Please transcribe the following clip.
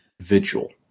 Vigil